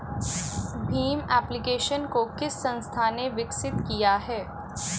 Bhim application को किस संस्था ने विकसित किया है?